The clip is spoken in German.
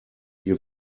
ihr